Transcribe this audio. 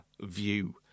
view